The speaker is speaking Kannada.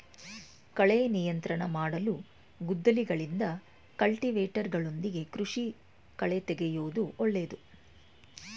ಕಳೆ ನಿಯಂತ್ರಣ ಮಾಡಲು ಗುದ್ದಲಿಗಳಿಂದ, ಕಲ್ಟಿವೇಟರ್ಗಳೊಂದಿಗೆ ಕೃಷಿ ಕಳೆತೆಗೆಯೂದು ಒಳ್ಳೇದು